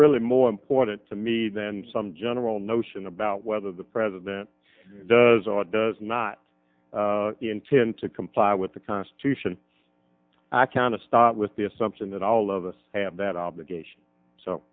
really more important to me than some general notion about whether the president does or does not intend to comply with the constitution i kind of start with the assumption that all of us have that obligation so